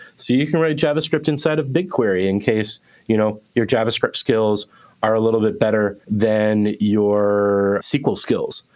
so you can write javascript instead of bigquery, in case you know your javascript skills are a little bit better than your sql skills.